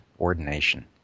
ordination